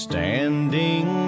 Standing